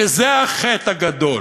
שזה החטא הגדול.